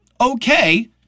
okay